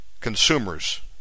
consumers